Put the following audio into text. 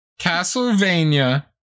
Castlevania